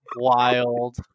wild